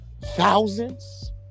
Thousands